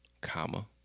Comma